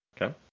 Okay